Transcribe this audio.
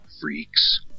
freaks